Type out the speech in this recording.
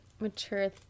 mature